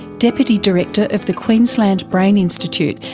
deputy director of the queensland brain institute,